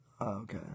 Okay